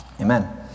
Amen